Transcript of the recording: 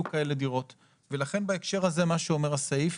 כאלה דירות ולכן בהקשר הזה מה שאומר הסעיף,